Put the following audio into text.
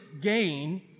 gain